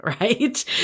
right